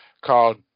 called